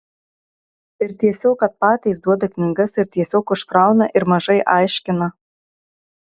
ir tiesiog kad patys duoda knygas ir tiesiog užkrauna ir mažai aiškina